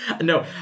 No